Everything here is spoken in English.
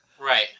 Right